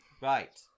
Right